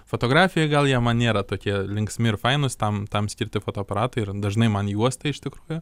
fotografija gal jie man nėra tokie linksmi ir fainus tam tam skirti fotoaparatai ir dažnai man juosta iš tikrųjų